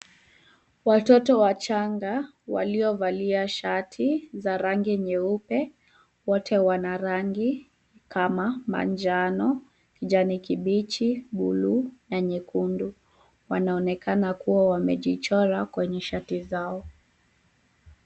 Watoto wachanga waliovalia shati za rangi nyeupe. Wote wana rangi kama manjano, kijani kibichi, buluu na nyekundu. Wanaonekana kuwa wamejichora kwenye shati zao.